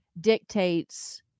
dictates